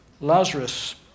Lazarus